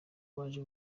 baje